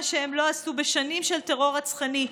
מה שהם לא עשו בשנים של טרור רצחני,